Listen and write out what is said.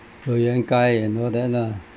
loi yan gai and all that lah